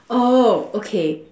oh okay